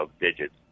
digits